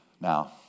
Now